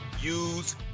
use